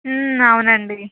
అవునండి